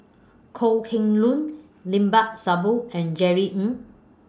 Kok Heng Leun Limat Sabtu and Jerry Ng